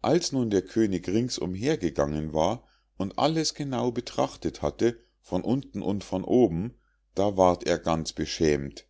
als nun der könig rings umhergegangen war und alles genau betrachtet hatte von unten und von oben da ward er ganz beschämt